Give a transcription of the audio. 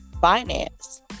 finance